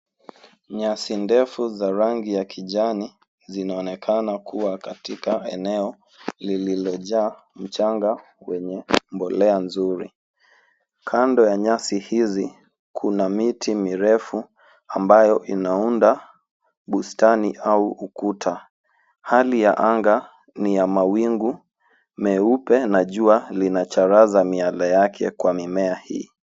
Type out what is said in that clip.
Nyasi ndefu za rangi ya kijani zinaonekana kuwa katika eneo lililojaa mchanga wenye mbolea nzuri. Kando ya nyasi hizi, kuna miti mireefu ambayo inaunda bustani au ukuta. Hali ya anga ni ya mawingu meupe na jua linacharaza miale yake kwa mimea hii.